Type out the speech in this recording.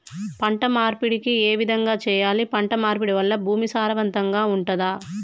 పంట మార్పిడి ఏ విధంగా చెయ్యాలి? పంట మార్పిడి వల్ల భూమి సారవంతంగా ఉంటదా?